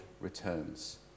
returns